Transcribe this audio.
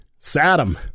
Saddam